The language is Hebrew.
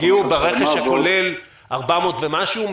ברכש הכולל הגיעו ארבע ומאות ומשהו,